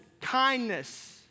kindness